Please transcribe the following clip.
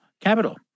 capital